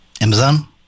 Amazon